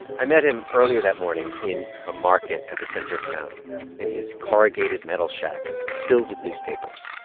i met him earlier that morning in a market at the center of town in his corrugated metal shack filled with newspapers.